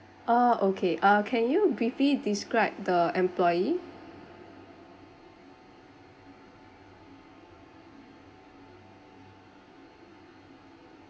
ah okay uh can you briefly describe the employee